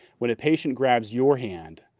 when a patient grabs your hand,